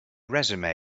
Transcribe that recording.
resume